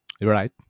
Right